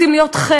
רוצים להיות חלק,